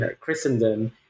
Christendom